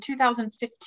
2015